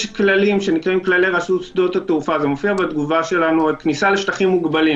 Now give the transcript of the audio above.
יש כללים שנקראים כללי רשות שדות התעופה (כניסה לשטחים מוגבלים),